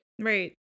Right